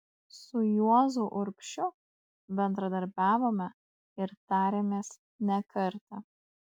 su juozu urbšiu bendradarbiavome ir tarėmės ne kartą